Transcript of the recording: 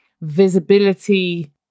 visibility